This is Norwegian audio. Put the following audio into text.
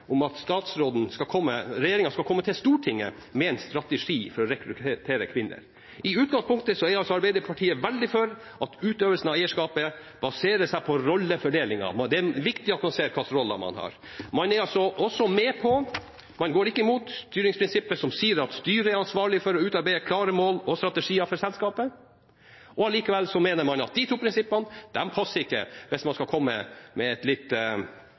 om at regjeringen skal komme til Stortinget med en strategi for å rekruttere kvinner. I utgangspunktet er altså Arbeiderpartiet veldig for at utøvelsen av eierskapet baserer seg på rollefordelingen – det er viktig at man ser hvilke roller man har. Man er altså også med på – man går ikke imot – styringsprinsippet som sier at styret er ansvarlig for å utarbeide klare mål og strategier for selskapet. Likevel mener man at de to prinsippene ikke passer hvis man skal komme med et litt